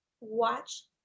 watch